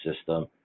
system